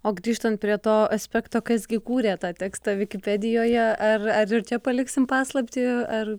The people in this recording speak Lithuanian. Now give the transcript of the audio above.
o grįžtant prie to aspekto kas gi kūrė tą tekstą vikipedijoje ar ar ir čia paliksim paslaptį ar